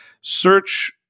search